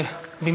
התשע"ו 2016,